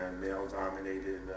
male-dominated